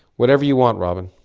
whatever you want, robyn.